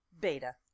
Beta